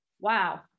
Wow